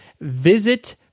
visit